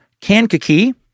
Kankakee